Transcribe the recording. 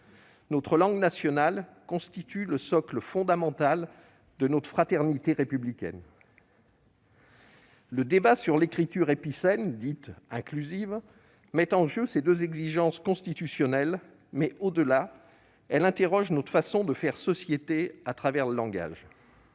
Notre langue nationale constitue le socle fondamental de notre fraternité républicaine. Le débat sur l'écriture épicène, dite « inclusive », met en jeu ces deux exigences constitutionnelles. Au-delà, elle interroge notre façon de « faire société » à travers le langage.